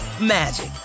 magic